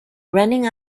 running